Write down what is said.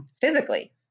physically